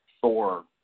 Thor